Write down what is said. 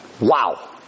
Wow